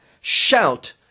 shout